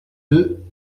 deux